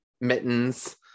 mittens